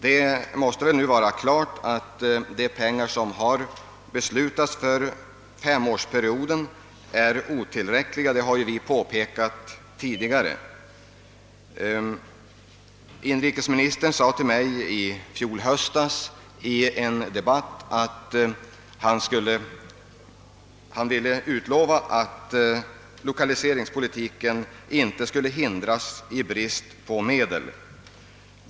Det måste väl nu stå klart att de pengar som har beslutats för femårsperioden är otillräckliga — det har vi påpekat tidigare. Inrikesministern sade till mig i en debatt i höstas att lokaliseringspolitiken inte skulle hindras av brist på medel.